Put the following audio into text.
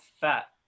fat